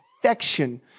affection